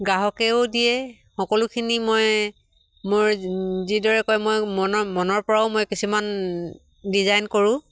গ্ৰাহকেও দিয়ে সকলোখিনি মই মোৰ যিদৰে কয় মই মনৰ মনৰ পৰাও মই কিছুমান ডিজাইন কৰোঁ